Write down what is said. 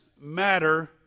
matter